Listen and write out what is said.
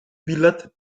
bilet